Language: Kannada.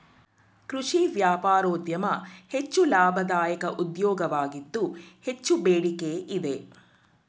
ಕೃಷಿ ವ್ಯಾಪಾರೋದ್ಯಮ ಹೆಚ್ಚು ಲಾಭದಾಯಕ ಉದ್ಯೋಗವಾಗಿದ್ದು ಹೆಚ್ಚು ಬೇಡಿಕೆ ಇದೆ